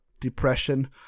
depression